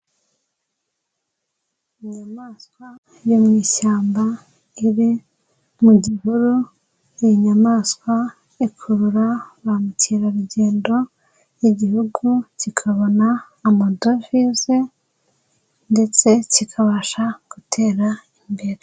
Inyamaswa yo mu ishyamba iri mu gihuru, iyi inyamaswa ikurura ba mukerarugendo Igihugu kikabona amadovize ndetse kikabasha gutera imbere.